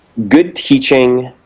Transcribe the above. good teaching,